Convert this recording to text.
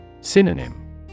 Synonym